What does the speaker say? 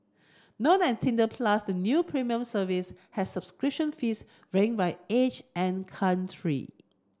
known as Tinder Plus the new premium service has subscription fees varying by age and country